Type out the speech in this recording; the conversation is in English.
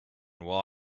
while